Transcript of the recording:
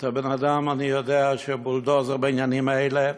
אתה בן-אדם, אני יודע, בולדוזר בעניינים האלה.